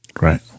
Right